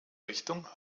richtung